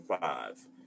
five